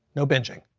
no benching.